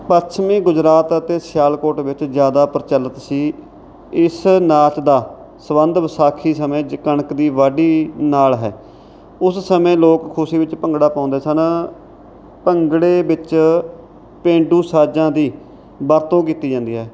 ਪੱਛਮੀ ਗੁਜਰਾਤ ਅਤੇ ਸਿਆਲਕੋਟ ਵਿੱਚ ਜ਼ਿਆਦਾ ਪ੍ਰਚਲਿੱਤ ਸੀ ਇਸ ਨਾਚ ਦਾ ਸੰਬੰਧ ਵਿਸਾਖੀ ਸਮੇਂ ਜ ਕਣਕ ਦੀ ਵਾਢੀ ਨਾਲ ਹੈ ਉਸ ਸਮੇਂ ਲੋਕ ਖੁਸ਼ੀ ਵਿੱਚ ਭੰਗੜਾ ਪਾਉਂਦੇ ਸਨ ਭੰਗੜੇ ਵਿੱਚ ਪੇਂਡੂ ਸਾਜ਼ਾਂ ਦੀ ਵਰਤੋਂ ਕੀਤੀ ਜਾਂਦੀ ਹੈ